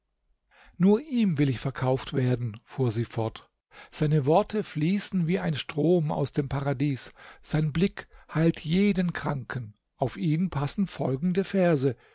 nur ihm will ich verkauft werden fuhr sie fort seine worte fließen wie ein strom aus dem paradies sein blick heilt jeden kranken auf ihn passen folgende verse